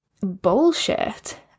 bullshit